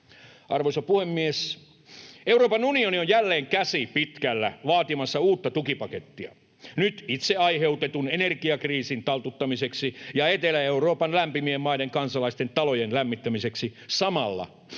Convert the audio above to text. Arvoisa puhemies! Euroopan unioni on jälleen käsi pitkällä vaatimassa uutta tukipakettia, nyt itse aiheutetun energiakriisin taltuttamiseksi ja Etelä-Euroopan lämpimien maiden kansalaisten talojen lämmittämiseksi samalla, kun